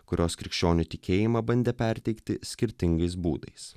kurios krikščionių tikėjimą bandė perteikti skirtingais būdais